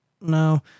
No